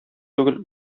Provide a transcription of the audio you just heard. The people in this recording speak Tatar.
түгел